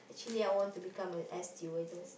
actually I want to become a air stewardess